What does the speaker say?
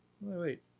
Wait